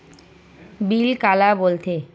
Bill काला बोल थे?